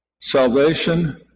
salvation